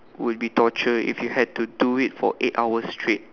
would be torture if you had to do it for eight hours straight